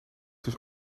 dus